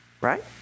right